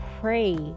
pray